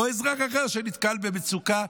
או אזרח אחר שנתקל פה במצוקה,